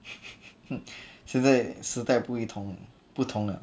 现在时代不一同不同了